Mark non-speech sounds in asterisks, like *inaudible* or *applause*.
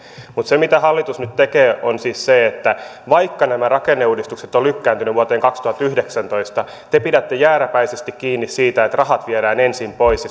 mutta se mitä hallitus nyt tekee on siis se että vaikka nämä rakenneuudistukset ovat lykkääntyneet vuoteen kaksituhattayhdeksäntoista niin te pidätte jääräpäisesti kiinni siitä että rahat viedään ensin pois *unintelligible*